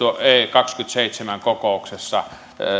kaksikymmentäseitsemän kokouksessa